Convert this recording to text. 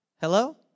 Hello